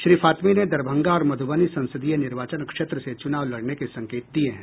श्री फातमी ने दरभंगा और मध्रबनी संसदीय निर्वाचन क्षेत्र से चूनाव लड़ने के संकेत दिये हैं